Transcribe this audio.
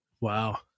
Wow